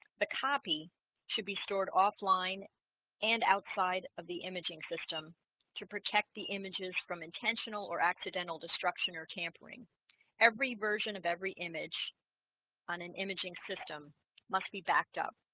the copy should be stored offline and outside of the imaging system to protect the images from intentional or accidental destruction or tampering every version of every image on an imaging system must be backed up